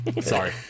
Sorry